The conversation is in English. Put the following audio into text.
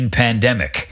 pandemic